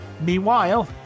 Meanwhile